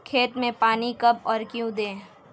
खेत में पानी कब और क्यों दें?